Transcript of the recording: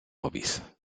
hobbies